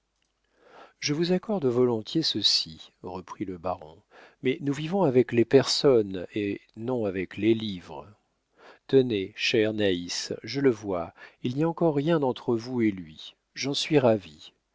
je vous accorde volontiers ceci reprit le baron mais nous vivons avec les personnes et non avec les livres tenez chère naïs je le vois il n'y a encore rien entre vous et lui j'en suis ravi